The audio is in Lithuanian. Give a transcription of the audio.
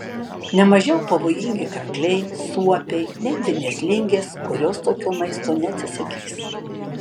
ne mažiau pavojingi krankliai suopiai nendrinės lingės kurios tokio maisto neatsisakys